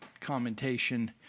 commentation